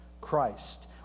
Christ